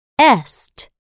Est